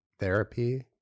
therapy